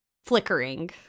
flickering